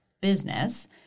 business